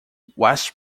west